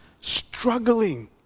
struggling